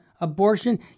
abortion